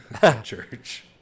church